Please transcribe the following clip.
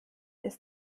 ist